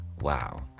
wow